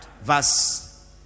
verse